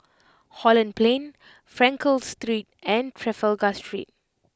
Holland Plain Frankel Street and Trafalgar Street